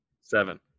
seven